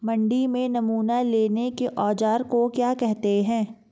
मंडी में नमूना लेने के औज़ार को क्या कहते हैं?